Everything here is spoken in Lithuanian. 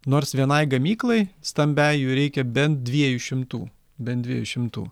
nors vienai gamyklai stambiai jų reikia bent dviejų šimtų bent dviejų šimtų